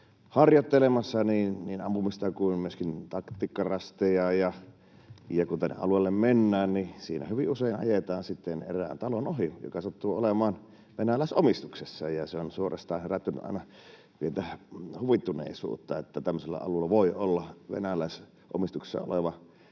harjoittelemassa niin ampumista kuin myöskin taktiikkarasteja. Kun tälle alueelle mennään, niin siinä hyvin usein ajetaan sitten erään talon ohi, joka sattuu olemaan venäläisomistuksessa, ja se on herättänyt aina suorastaan pientä huvittuneisuutta, että tämmöisellä alueella voi olla venäläisomistuksessa oleva